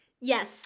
yes